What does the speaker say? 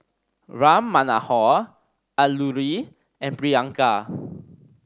Ram Manohar Alluri and Priyanka